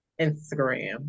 Instagram